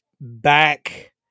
back